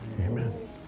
amen